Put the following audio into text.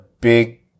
big